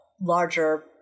larger